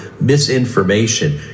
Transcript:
misinformation